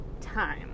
time